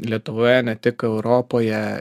lietuvoje ne tik europoje